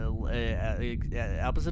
Opposite